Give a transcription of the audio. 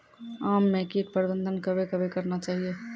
आम मे कीट प्रबंधन कबे कबे करना चाहिए?